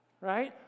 right